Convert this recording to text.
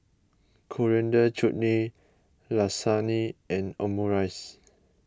Coriander Chutney Lasagne and Omurice